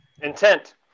intent